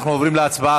אנחנו עוברים להצבעה,